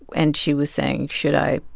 and she was saying, should i,